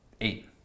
Eight